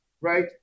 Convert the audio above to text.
right